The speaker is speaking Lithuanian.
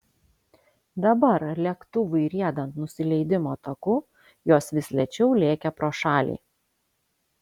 dabar lėktuvui riedant nusileidimo taku jos vis lėčiau lėkė pro šalį